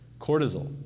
cortisol